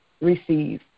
receive